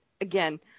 again